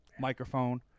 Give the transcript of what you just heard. microphone